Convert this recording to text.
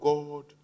God